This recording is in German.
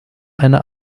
eine